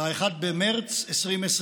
ב-1 במרץ 2020,